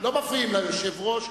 לא מפריעים ליושב-ראש,